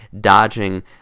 dodging